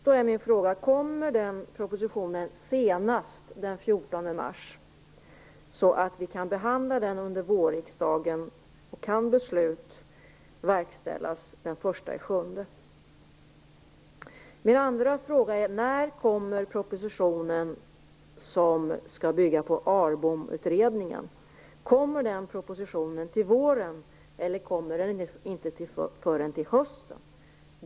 Då är min fråga: Kommer den propositionen senast den 14 mars, så att vi kan behandla den under vårriksdagen och så att besluten kan verkställas den 1 juli? Min andra fråga är: När kommer propositionen som skall bygga på ARBOM-utredningen? Kommer den propositionen till våren, eller kommer den inte förrän till hösten?